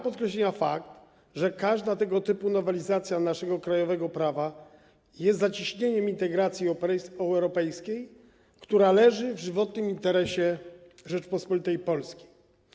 Podkreślenia wymaga fakt, że każda tego typu nowelizacja naszego krajowego prawa prowadzi do zacieśniania integracji europejskiej, która leży w żywotnym interesie Rzeczypospolitej Polskiej.